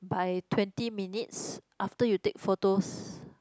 by twenty minutes after you take photos